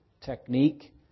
technique